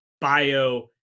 bio